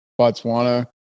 Botswana